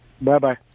Bye-bye